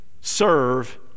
serve